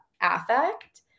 affect